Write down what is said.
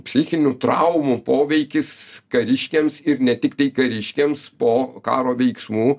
psichinių traumų poveikis kariškiams ir ne tiktai kariškiams po karo veiksmų